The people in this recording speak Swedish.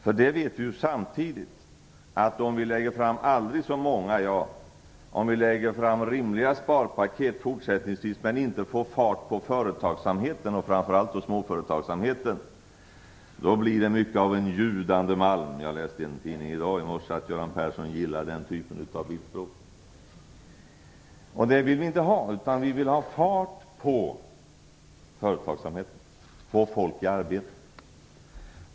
Samtidigt vet vi att det, även om vi fortsättningsvis lägger fram aldrig så rimliga sparpaket dock utan att få fart på företagsamheten, framför allt småföretagsamheten, blir mycket av en ljudande malm - jag läste i en tidning i morse att Göran Persson gillar den typen av bildspråk. Det vill vi inte ha, utan vi vill ha fart på företagsamheten och få folk i arbete.